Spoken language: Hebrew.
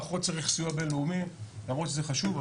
פחות צריך סיוע בין-לאומי למרות שזה חשוב,